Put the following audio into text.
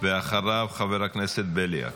ואחריו, חבר הכנסת בליאק.